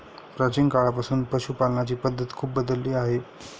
प्राचीन काळापासून पशुपालनाची पद्धत खूप बदलली आहे